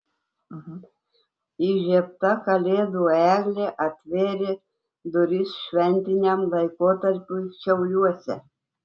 įžiebta kalėdų eglė atvėrė duris šventiniam laikotarpiui šiauliuose